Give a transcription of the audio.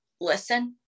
listen